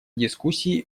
дискуссии